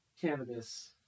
cannabis